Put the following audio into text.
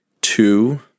Two